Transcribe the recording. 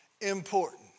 important